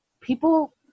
people